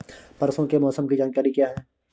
परसों के मौसम की जानकारी क्या है?